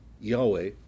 Yahweh